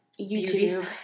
YouTube